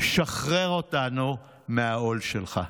שחרר אותנו מהעול שלך.